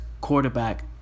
quarterback